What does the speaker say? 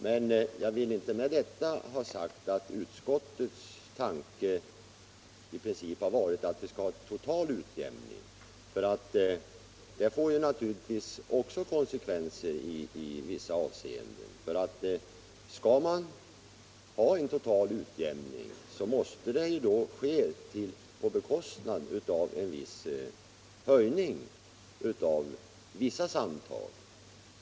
Men jag vill inte med detta ha sagt att utskottets tanke i princip har varit att utjämningen skall vara total. Det får naturligtvis konsekvenser i vissa avseenden. Skall man ha en total utjämning måste det ske på bekostnad av en viss höjning av vissa samtal.